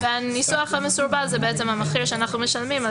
הניסוח המסורבל זה המחיר שאנחנו משלמים על